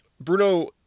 Bruno